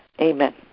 Amen